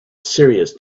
serious